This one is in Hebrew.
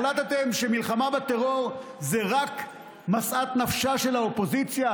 החלטתם שמלחמה בטרור זה רק משאת נפשה של האופוזיציה?